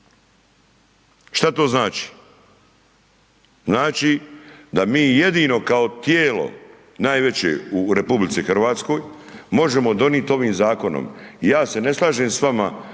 Šta to znači? Znači da mi jedino kao tijelo najveće u RH možemo donit ovim zakonom, ja se ne slažem s vama